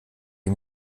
die